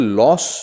loss